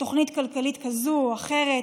תוכנית כלכלית כזו או אחרת.